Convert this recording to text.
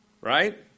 right